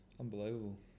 Unbelievable